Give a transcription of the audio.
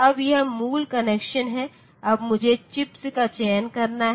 अब यह मूल कनेक्शन है अब मुझे चिप्स का चयन करना है